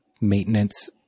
maintenance